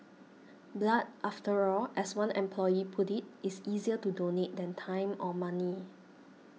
blood after all as one employee put it is easier to donate than time or money